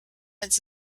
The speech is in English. its